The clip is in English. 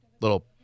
Little